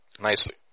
Nicely